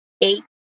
eight